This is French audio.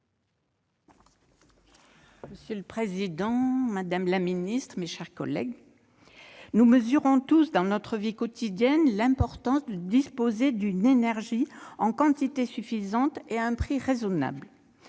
Monsieur le président, madame la secrétaire d'État, mes chers collègues, nous mesurons tous, dans notre vie quotidienne, l'importance de disposer d'une énergie en quantité suffisante et à un prix raisonnable.